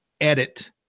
edit